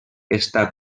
està